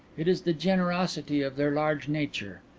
it is the generosity of their large nature.